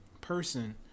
person